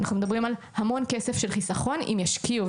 אנחנו מדברים על המון כסף של חיסכון אם ישקיעו.